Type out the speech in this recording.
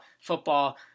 football